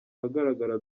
ahagaragara